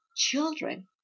children